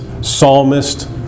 psalmist